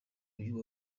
uyu